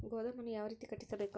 ಗೋದಾಮನ್ನು ಯಾವ ರೇತಿ ಕಟ್ಟಿಸಬೇಕು?